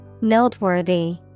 noteworthy